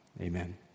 Amen